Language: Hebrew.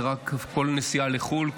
זה כל נסיעה לחו"ל,